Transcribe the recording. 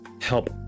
help